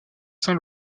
saint